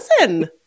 Listen